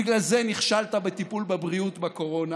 בגלל זה נכשלת בטיפול בבריאות בקורונה,